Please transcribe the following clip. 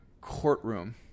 courtroom